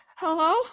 Hello